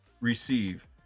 receive